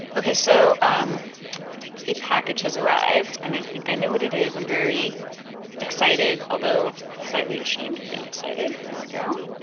ok, so um a package has arrived. and i think i know what it is. i'm very excited, although slightly ashamed of being excited. here we go